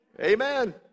Amen